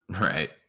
Right